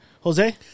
Jose